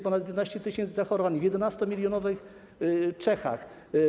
Ponad 11 tys. zachorowań w 11-milionowych Czechach.